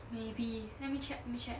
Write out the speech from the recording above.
maybe let me check let me check